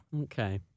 Okay